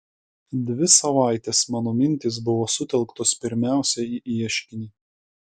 dvi savaitės mano mintys buvo sutelktos pirmiausia į ieškinį